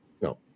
No